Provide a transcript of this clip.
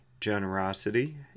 Generosity